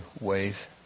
wave